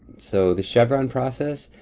so, the chevron process,